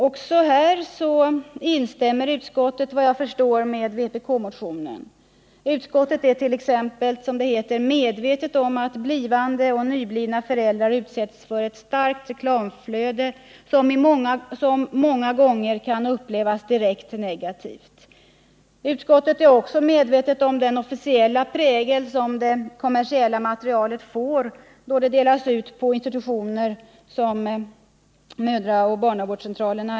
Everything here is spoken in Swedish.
Också här instämmer utskottet, vad jag förstår, med vpk-motionen. Utskottet är t.ex. medvetet om att blivande och nyblivna föräldrar utsätts för ett starkt reklamflöde, som många gånger kan upplevas direkt negativt. Utskottet är också medvetet om den officiella prägel som det kommersiella materialet får då det delas ut på institutioner som mödraoch barnavårdscentraler.